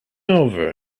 over